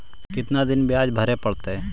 कितना दिन बियाज भरे परतैय?